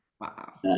wow